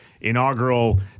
inaugural